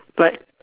but